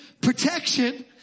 protection